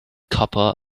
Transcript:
copper